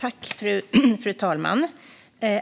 Fru talman!